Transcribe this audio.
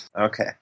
Okay